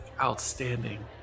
outstanding